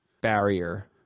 barrier